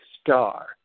star